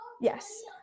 Yes